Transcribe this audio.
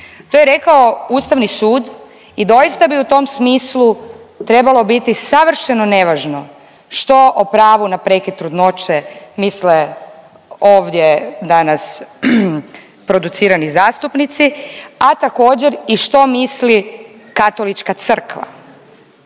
To je rekao Ustavi sud i doista bi u tom smislu trebalo biti savršeno nevažno što o pravu na prekid trudnoće misle ovdje danas producirani zastupnici, a također i što misli Katolička crkva.